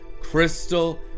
crystal